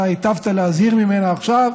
שהיטבת להזהיר ממנה עכשיו,